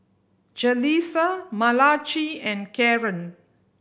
Jaleesa Malachi and Karren